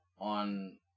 on